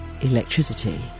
electricity